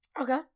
Okay